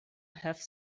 have